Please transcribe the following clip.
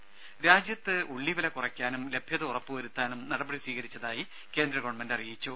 ടെട്ട രാജ്യത്ത് ഉള്ളിവില കുറയ്ക്കാനും ലഭ്യത ഉറപ്പുവരുത്താനും നടപടി സ്വീകരിച്ചതായി കേന്ദ്ര ഗവൺമെന്റ് അറിയിച്ചു